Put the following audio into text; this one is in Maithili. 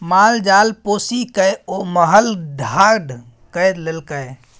माल जाल पोसिकए ओ महल ठाढ़ कए लेलकै